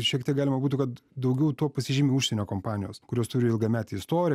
šiek tiek galima būtų kad daugiau tuo pasižymi užsienio kompanijos kurios turi ilgametę istoriją